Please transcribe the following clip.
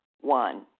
One